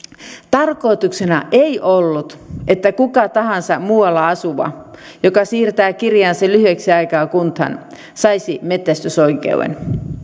tarkoituksena ei ollut että kuka tahansa muualla asuva joka siirtää kirjansa lyhyeksi aikaa kuntaan saisi metsästysoikeuden